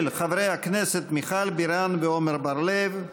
של חברי הכנסת מיכל בירן ועמר בר-לב.